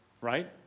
Right